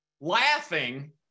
laughing